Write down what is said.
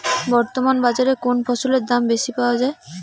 বর্তমান বাজারে কোন ফসলের দাম বেশি পাওয়া য়ায়?